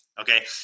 Okay